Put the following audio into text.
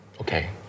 Okay